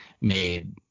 made